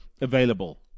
available